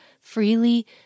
freely